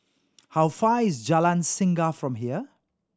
how far is Jalan Singa from here